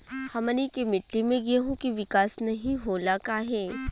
हमनी के मिट्टी में गेहूँ के विकास नहीं होला काहे?